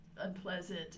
unpleasant